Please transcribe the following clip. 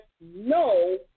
no